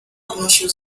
odnosił